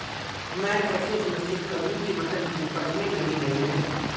मैं कैसे सुनिश्चित करूँ की मटर की उपज में नमी नहीं है?